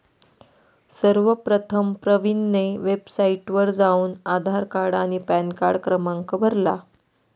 सर्वप्रथम प्रवीणने वेबसाइटवर जाऊन आधार कार्ड आणि पॅनकार्ड क्रमांक भरला